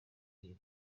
iyi